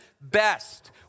best